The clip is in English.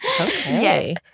Okay